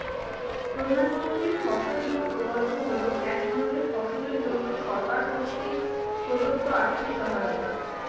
প্রধানমন্ত্রীর ফসল বিমা প্রকল্প হল এক ধরনের ফসলের জন্য সরকার কর্তৃক প্রদত্ত আর্থিক সহায়তা